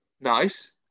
Nice